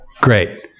Great